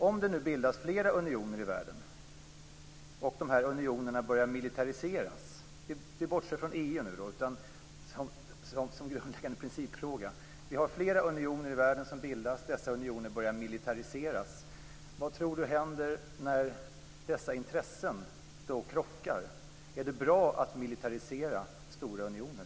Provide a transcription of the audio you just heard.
Om det bildas fler unioner i världen, och dessa unioner börjar militariseras - låt oss bortse från EU - vad händer när dessa intressen krockar? Är det bra att militarisera stora unioner?